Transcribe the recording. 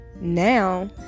now